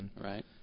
Right